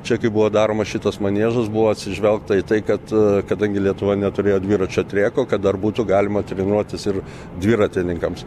čia kai buvo daroma šitas maniežas buvo atsižvelgta į tai kad kadangi lietuva neturėjo dviračių treko kad dar būtų galima treniruotis ir dviratininkams